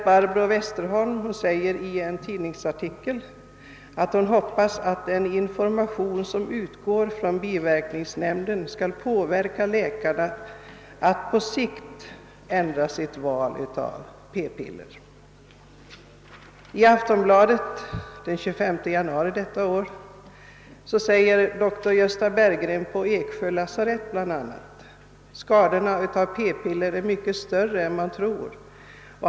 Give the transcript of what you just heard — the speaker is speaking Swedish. Barbro Westerholm skriver i en tidningsartikel att hon hoppas att den information som utgår från biverkningsnämnden skall påverka läkarna att på sikt ändra sitt val av p-piller. Dr Gustaf Berggren på Eksjö lasarett skriver i Aftonbladet den 25 januari i år att skadorna av p-piller är mycket större än man tror.